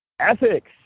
ethics